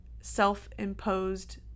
self-imposed